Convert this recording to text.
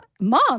mom